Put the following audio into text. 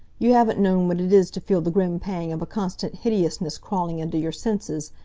you haven't known what it is to feel the grim pang of a constant hideousness crawling into your senses,